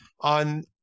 on